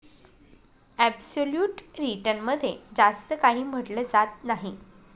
absolute return मध्ये जास्त काही म्हटलं जात नाही